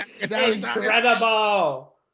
Incredible